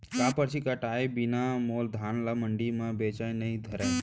का परची कटाय बिना मोला धान ल मंडी म बेचन नई धरय?